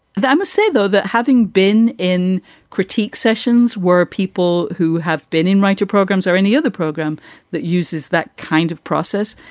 must say, though, that having been in critique sessions where people who have been in writing programs or any other program that uses that kind of process,